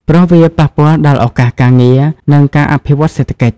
ព្រោះវាប៉ះពាល់ដល់ឱកាសការងារ និងការអភិវឌ្ឍសេដ្ឋកិច្ច។